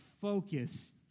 focus